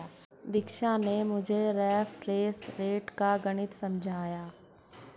दीक्षा ने मुझे reference rate का गणित समझाया